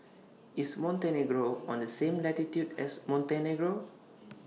IS Montenegro on The same latitude as Montenegro